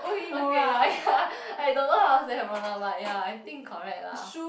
okay ya ya I don't know how to say Havana but ya I think correct lah